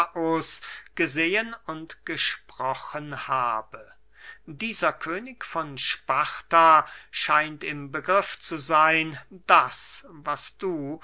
agesilaus gesehen und gesprochen habe dieser könig von sparta scheint im begriff zu seyn das was du